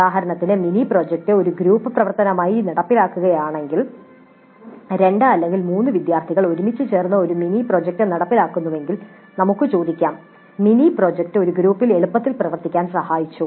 ഉദാഹരണത്തിന് mini project ഒരു group പ്രവർത്തനമായി നടപ്പിലാക്കുകയാണെങ്കിൽ 2 അല്ലെങ്കിൽ 3 വിദ്യാർത്ഥികൾ ഒരുമിച്ച് ചേർന്ന് മിനി പ്രോജക്റ്റ് നടപ്പിലാക്കുന്നുവെങ്കിൽ നമുക്ക് ഒരു ചോദ്യം ചോദിക്കാം "മിനി പ്രോജക്റ്റ് ഒരു ഗ്രൂപ്പിൽ എളുപ്പത്തിൽ പ്രവർത്തിക്കാൻ സഹായിച്ചോ